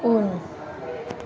उन